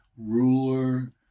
ruler